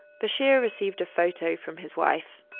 bashir received a photo from his wife,